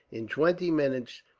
in twenty minutes,